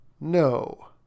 no